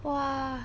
!wah!